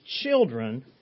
children